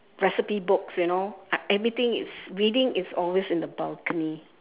recipe books you know everything is reading is always in the balcony